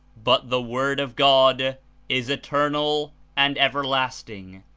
but the word of god is eternal and everlasting,